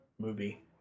movie